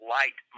light